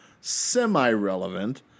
semi-relevant